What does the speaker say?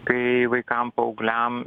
kai vaikam paaugliam